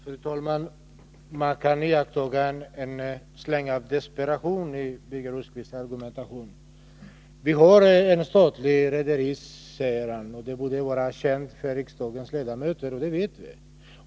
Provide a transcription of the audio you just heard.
Fru talman! Man kan iaktta en släng av desperation i Birger Rosqvists argumentation. Han säger att vi har ett statligt rederi och att det borde vara känt för riksdagens ledamöter. Ja, det vet vi.